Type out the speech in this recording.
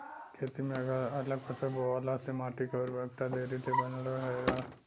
खेती में अगल अलग फसल बोअला से माटी के उर्वरकता देरी ले बनल रहेला